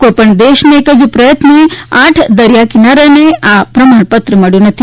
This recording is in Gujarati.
કોઇપણ દેશને એક જ પ્રયત્ને આઠ દરિયા કિનારાને આ પ્રમાણપત્ર મળ્યુ નથી